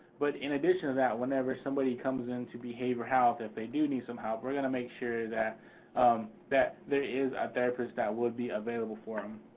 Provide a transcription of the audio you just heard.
but in addition to that, whenever somebody comes into behavior health and they do need some help, we're gonna make sure that um that there is a therapist that will be available for em.